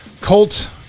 Colt